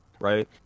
right